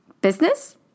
Business